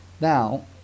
Now